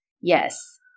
Yes